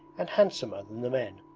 and handsomer than the men.